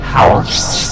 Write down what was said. ...House